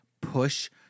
push